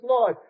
life